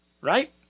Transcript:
Right